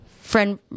friend